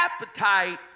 appetite